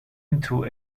into